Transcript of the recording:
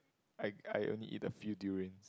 I I only eat a few durian